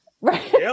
Right